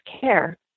care